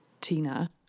Tina